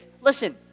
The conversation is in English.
listen